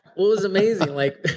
was amazing. like